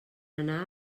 anar